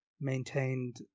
maintained